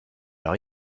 leur